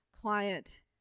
client